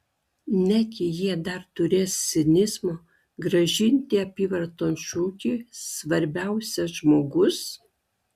negi jie dar turės cinizmo grąžinti apyvarton šūkį svarbiausia žmogus